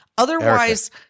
Otherwise